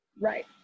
Right